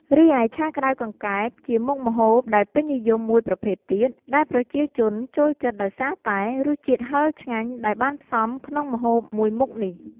រីឯឆាក្ដៅកង្កែប ជាមុខម្ហូបដែលពេញនិយមមួយប្រភេទទៀត ដែលប្រជាជនចូលចិត្តដោយសារតែ រសជាតិហិរឆ្ងាញ់ដែលបានផ្សំក្នុងម្ហូបមួយមុខនេះ។